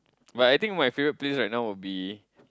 but I think my favourite place would be